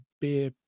beer